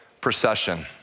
procession